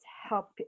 help